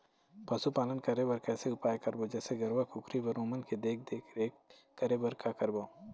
पशुपालन करें बर कैसे उपाय करबो, जैसे गरवा, कुकरी बर ओमन के देख देख रेख करें बर का करबो?